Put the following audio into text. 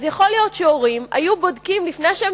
יכול להיות שהורים היו בודקים לפני שהם